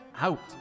out